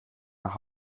nach